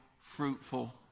fruitful